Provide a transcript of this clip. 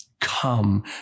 Come